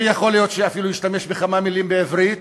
ויכול להיות שאפילו ישתמש בכמה מילים בעברית